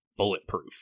Bulletproof